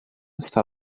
στα